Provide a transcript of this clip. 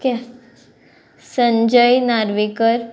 K Sanjay Narvekar